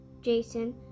Jason